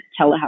telehealth